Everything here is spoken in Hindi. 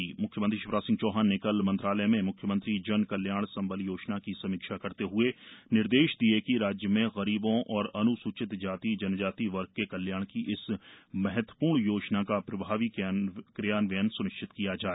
म्ख्यमंत्री शिवराज सिंह चौहान ने कल मंत्रालय में म्ख्यमंत्री जन कल्याण संबल योजना की समीक्षा करते हुए निर्देश दिए कि राज्य में गरीबों और अन्सूचित जाति जनजाति वर्ग के कल्याण की इस महत्वपूर्ण योजना का प्रभावी क्रियान्वयन स्निश्चित किया जाए